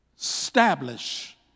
establish